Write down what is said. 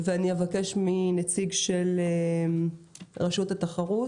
אני מבקשת מנציג רשות התחרות,